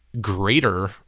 greater